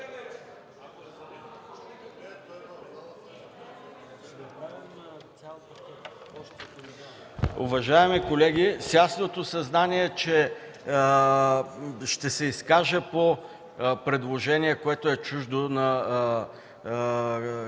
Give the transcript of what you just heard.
Уважаеми колеги, с ясното съзнание, че ще се изкажа по предложение, което е чуждо на колегата